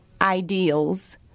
ideals